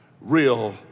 real